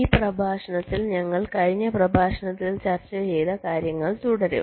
ഈ പ്രഭാഷണത്തിൽ ഞങ്ങൾ കഴിഞ്ഞ പ്രഭാഷണത്തിൽ ചർച്ച ചെയ്ത കാര്യങ്ങൾ തുടരും